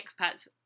expats